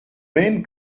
même